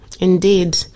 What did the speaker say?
Indeed